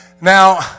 Now